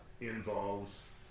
involves